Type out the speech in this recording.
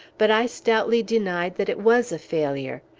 but i stoutly denied that it was a failure.